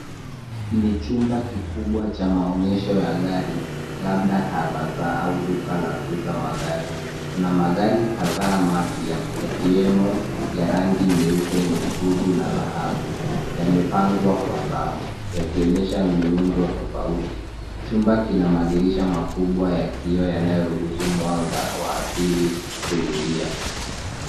Ni chumba kikubwa cha maonyesho ya gari, labda car bazaar au duka la kuuza magari. Kuna magari kadhaa mapya, yakiwemo ya rangi nyeupe, nyekundu, na dhahabu, yamepangwa kwa safu, yakionyesha miundo tofauti. Chumba kina madirisha makubwa ya kioo, yanayoruhusu mwanga wa asili kuingia.